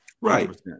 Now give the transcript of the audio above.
right